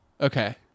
Okay